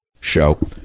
show